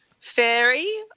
fairy